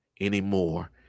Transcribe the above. anymore